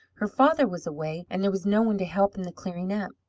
her father was away, and there was no one to help in the clearing-up.